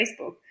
Facebook